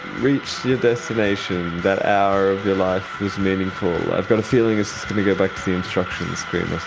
reached your destination. that hour of your life was meaningful. i've got a feeling it's just going to go back to the instruction screen or